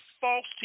false